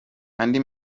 andi